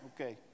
Okay